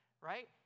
right